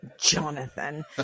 Jonathan